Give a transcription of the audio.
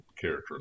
character